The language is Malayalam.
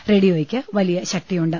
റേഡിയോയ്ക്ക് വലിയ ശക്തിയുണ്ട്